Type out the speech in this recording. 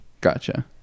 Gotcha